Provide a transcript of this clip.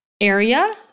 area